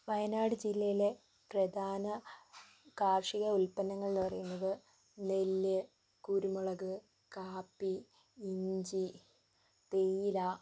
വയനാട് ജില്ലയിലെ പ്രധാന കാർഷിക ഉല്പന്നങ്ങൾ എന്ന് പറയുന്നത് നെല്ല് കുരുമുളക് കാപ്പി ഇഞ്ചി തെയില